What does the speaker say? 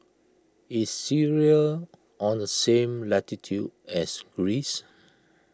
is Syria on the same latitude as Greece